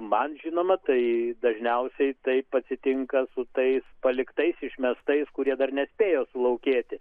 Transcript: man žinoma tai dažniausiai taip atsitinka su tais paliktais išmestais kurie dar nespėjo sulaukėti